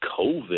COVID